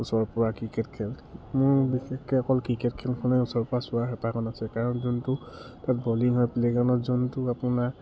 ওচৰৰ পৰা ক্ৰিকেট খেল মোৰ বিশেষকৈ অকল ক্ৰিকেট খেলখনে ওচৰ পৰা চোৱা হেঁপাহন আছে কাৰণ যোনটো তাত বলিং হয় প্লে' গ্ৰাউণ্ডত যোনটো আপোনাৰ